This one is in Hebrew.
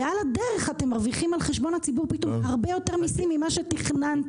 ועל הדרך אתם מרוויחים על חשבון הציבור הרבה יותר מסים ממה שתכננתם.